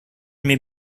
may